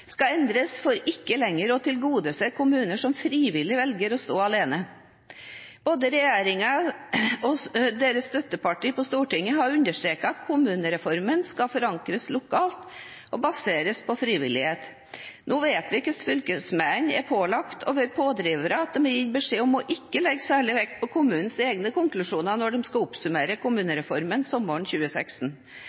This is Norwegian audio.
skal endres for ikke lenger å tilgodese kommuner som frivillig velger å stå alene. Både regjeringen og deres støttepartier på Stortinget har understreket at kommunereformen skal forankres lokalt og baseres på frivillighet. Nå vet vi hvordan fylkesmennene er pålagt å være pådrivere, og at de er gitt beskjed om ikke å legge særlig vekt på kommunenes egne konklusjoner når de skal oppsummere kommunereformen sommeren 2016.